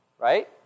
Right